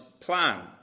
plan